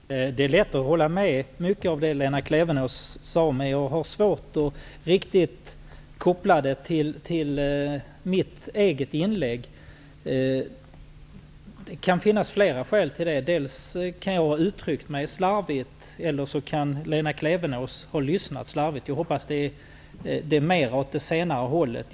Fru talman! Det är lätt att hålla med om mycket av det som Lena Klevenås sade, men jag har svårt att koppla det till mitt eget inlägg. Det kan finnas flera skäl till det. Antingen kan jag ha uttryckt mig slarvigt, eller har Lena Klevenås lyssnat slarvigt. Jag hoppas att det är mera åt det senare hållet.